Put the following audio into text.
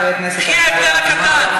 מה ההבדל, נכון?